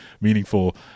meaningful